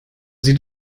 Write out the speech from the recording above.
sieht